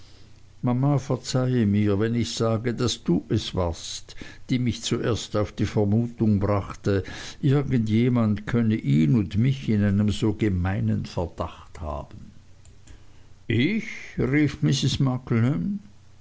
verzeihe mir wenn ich sage daß du es warst die mich zuerst auf die vermutung brachte irgend jemand könne ihn und mich in einem so gemeinen verdacht haben ich rief mrs